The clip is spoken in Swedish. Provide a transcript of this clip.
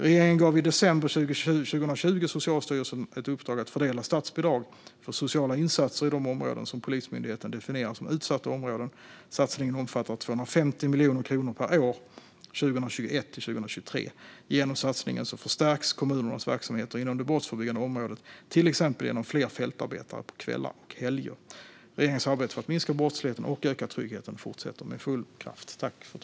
Regeringen gav i december 2020 Socialstyrelsen ett uppdrag att fördela statsbidrag för sociala insatser i de områden som Polismyndigheten definierar som utsatta områden. Satsningen omfattar 250 miljoner kronor per år 2021-2023. Genom satsningen förstärks kommunernas verksamheter inom det brottsförebyggande området, till exempel genom fler fältarbetare på kvällar och helger. Regeringens arbete för att minska brottsligheten och öka tryggheten fortsätter med full kraft.